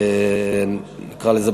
נקרא לזה,